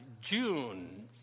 June